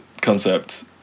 concept